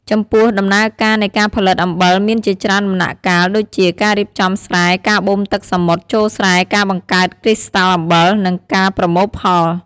ចំពោះដំណើរការនៃការផលិតអំបិលមានជាច្រើនដំណាក់កាលដូចជា ការរៀបចំស្រែ ការបូមទឹកសមុទ្រចូលស្រែការបង្កើតគ្រីស្តាល់អំបិល និងការប្រមូលផល។